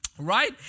Right